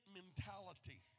mentality